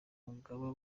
mugaba